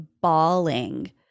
bawling